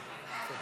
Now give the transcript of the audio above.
תגיד